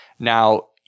Now